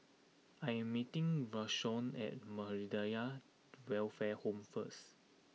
I am meeting Rayshawn at Muhammadiyah Welfare Home first